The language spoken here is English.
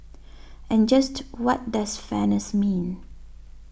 and just what does fairness mean